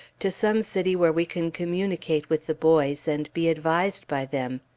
to some city where we can communicate with the boys, and be advised by them.